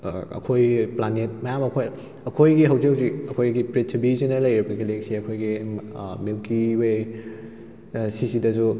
ꯑꯩꯈꯣꯏꯒꯤ ꯄ꯭ꯂꯥꯅꯦꯠ ꯃꯌꯥꯝ ꯑꯃ ꯑꯩꯈꯣꯏ ꯑꯩꯈꯣꯏꯒꯤ ꯍꯧꯖꯤꯛ ꯍꯧꯖꯤꯛ ꯑꯩꯈꯣꯏꯒꯤ ꯄ꯭ꯔꯤꯊꯤꯕꯤꯁꯤꯅ ꯂꯩꯔꯤꯕ ꯒꯦꯂꯦꯛꯁꯤ ꯑꯩꯈꯣꯏꯒꯤ ꯃꯤꯜꯀꯤ ꯋꯦ ꯁꯤꯁꯤꯗꯁꯨ